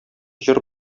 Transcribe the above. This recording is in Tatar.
җыр